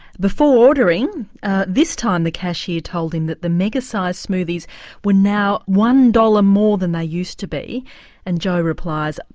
before ordering this time the cashier told him that the mega sized smoothies were now one dollars more than they used to be and joe replies,